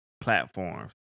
platforms